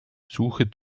suche